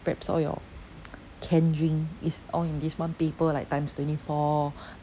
wraps all your canned drink it's all in this one paper like times twenty four